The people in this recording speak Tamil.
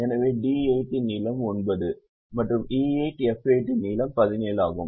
எனவே D8 இன் நீளம் 9 மற்றும் E8 F8 நீளம் 17 ஆகும்